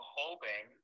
hoping